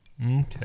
Okay